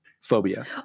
phobia